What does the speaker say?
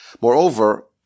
Moreover